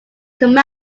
come